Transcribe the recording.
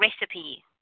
recipe